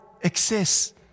exists